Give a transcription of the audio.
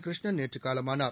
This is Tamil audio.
கிருஷ்ணன் நேற்று காலமானார்